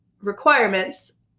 requirements